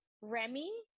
Remy